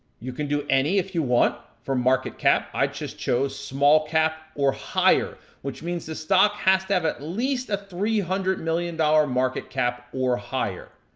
you can do any, if you want, from market cap. i just chose small cap or higher, which means the stock has to have at least a three hundred million dollars market cap or higher,